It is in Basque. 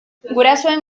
gurasoen